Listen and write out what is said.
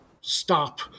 stop